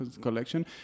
collection